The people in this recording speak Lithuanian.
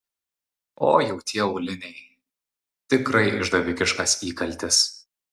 o jau tie auliniai tikrai išdavikiškas įkaltis